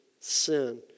sin